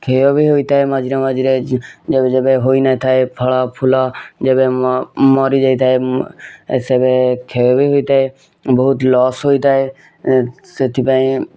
କ୍ଷୟ ବି ହୋଇଥାଏ ମଝିରେ ମଝିରେ ଯେ ଯେବେ ହୋଇନଥାଏ ଫଳ ଫୁଲ ଯେବେ ମରିଯାଇଥାଏ ସେବେ କ୍ଷୟ ବି ହୋଇଥାଏ ବହୁତ ଲସ୍ ହୋଇଥାଏ ସେଥିପାଇଁ